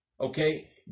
Okay